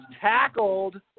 Tackled